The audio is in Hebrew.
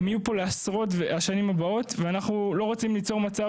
הם יהיו פה לעשרות השנים הבאות ואנחנו לא רוצים ליצור מצב